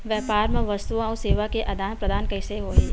व्यापार मा वस्तुओ अउ सेवा के आदान प्रदान कइसे होही?